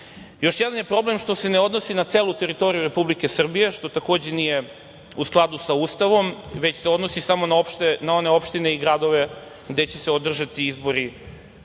jedan je problem, što se ne odnosi na celu teritoriju Republike Srbije, što takođe nije u skladu sa Ustavom, već se odnosi samo na one opštine i gradove gde će se održati izbori